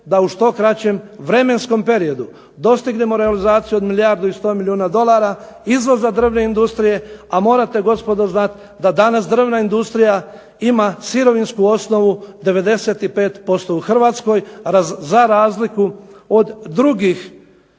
da u što kraćem vremenskom periodu dostignemo realizaciju od milijardu i 100 milijuna dolara, izvoza drvne industrije A morate gospodo znati da danas drvna industrija ima sirovinsku osnovu 95% u HRvatskoj za razliku od drugih